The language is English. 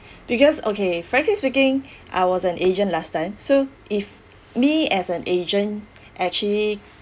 because okay frankly speaking I was an agent last time so if me as an agent actually